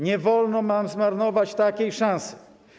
Nie wolno nam zmarnować takiej szansy.